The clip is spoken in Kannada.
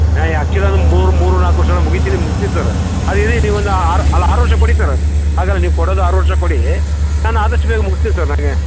ನಾನು ಆ್ಯಕ್ಚುವಲಿ ಅದ್ನ ನಾನು ಮೂರು ಮೂರು ನಾಲ್ಕು ವರ್ಷ್ದೊಳಗೆ ಮುಗಿತೀನಿ ಮುಗ್ಸ್ತೀನಿ ಸರ್ ಅದು ಇರಲಿ ಒಂದು ಆರು ಅಲ್ಲ ಆರು ವರ್ಷ ಕೊಡಿ ಸರ್ ಹಾಗಲ್ಲ ನೀವು ಕೋಡೋದು ಆರು ವರ್ಷ ಕೊಡಿ ನಾನು ಆದಷ್ಟ್ ಬೇಗ ಮುಗಿಸ್ತಿನ್ ಸರ್ ನನಗೆ